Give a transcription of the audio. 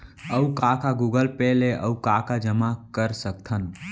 अऊ का का गूगल पे ले अऊ का का जामा कर सकथन?